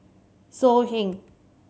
So Heng